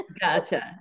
Gotcha